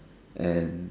and